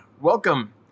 welcome